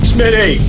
Smitty